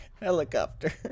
helicopter